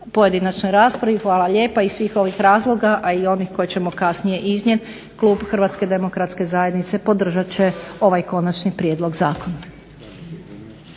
pojedinačnoj raspravi, hvala lijepa, iz svih ovih razloga i onih koje ćemo kasnije iznijeti Klub HDZ-a podržat će ovaj Konačni prijedlog zakona.